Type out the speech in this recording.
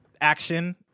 action